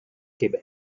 québec